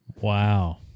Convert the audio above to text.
wow